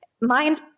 Mines